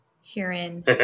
herein